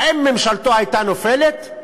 האם ממשלתו הייתה נופלת?